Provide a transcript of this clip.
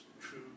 true